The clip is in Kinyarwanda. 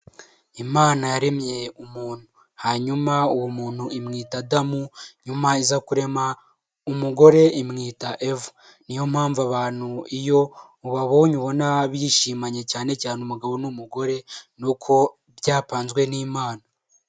Imana yaremye umuntu hanyuma uwo muntu imwita Adamu, nyuma iza kurema umugore imwita Eva niyo mpamvu abantu iyo ubabonye ubona bishimanye cyane cyane umugabo n'umugore ni uko byapanzwe n'imana.